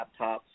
laptops